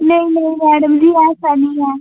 नेईं नेईं मैडम जी ऐसा निं ऐ